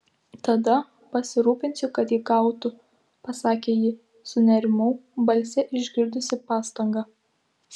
tada pasirūpinsiu kad jį gautų pasakė ji sunerimau balse išgirdusi pastangą